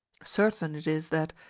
certain it is that,